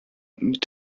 mit